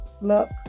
look